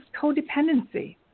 codependency